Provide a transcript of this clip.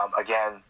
Again